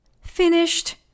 Finished